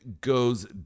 goes